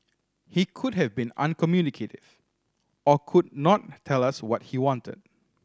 he could have been uncommunicative or could not tell us what he wanted